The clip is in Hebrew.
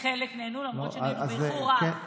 שחלק נענו, למרות שבאיחור רב.